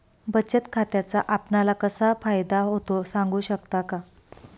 बचत खात्याचा आपणाला कसा फायदा होतो? सांगू शकता का?